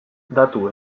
datu